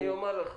אני אומר לך,